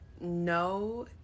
no